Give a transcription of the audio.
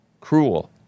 Cruel